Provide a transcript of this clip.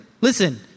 Listen